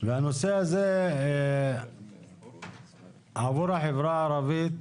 והנושא הזה עבור החברה הערבית